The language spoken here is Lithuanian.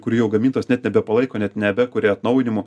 kur jau gamintojas net nebepalaiko net nebekuria atnaujinimų